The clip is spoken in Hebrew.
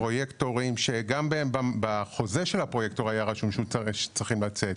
פרוקטורים שגם בחוזה של הפרויקטור היה רשום שצריכים לצאת,